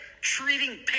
treating